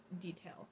detail